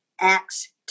Acts